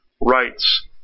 rights